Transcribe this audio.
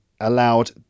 allowed